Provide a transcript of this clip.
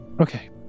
Okay